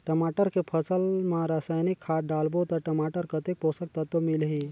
टमाटर के फसल मा रसायनिक खाद डालबो ता टमाटर कतेक पोषक तत्व मिलही?